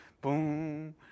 boom